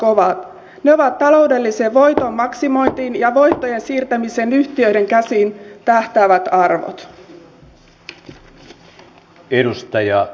ne ovat taloudelliseen voiton maksimointiin ja voittojen siirtämiseen yhtiöiden käsiin tähtäävät arvot